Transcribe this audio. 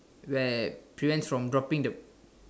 where prevents from dropping the